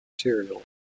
material